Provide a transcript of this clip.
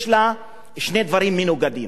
יש בה שני דברים מנוגדים: